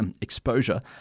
exposure